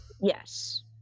yes